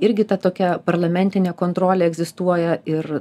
irgi ta tokia parlamentinė kontrolė egzistuoja ir